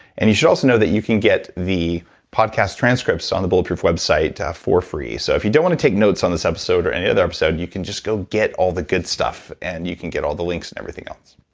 and you should also know that you can get the podcast transcripts on the bulletproof website for free, so if you don't want to take notes on this episode or any other episode, you can just go get all the good stuff, and you can get all the links and everything else